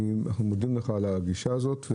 אנחנו מודים לך על הגישה הזאת,